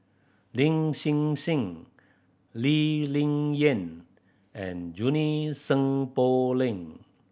Lin Hsin Hsin Lee Ling Yen and Junie Sng Poh Leng